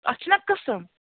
اَتھ چھِناہ قٕسم